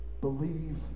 believe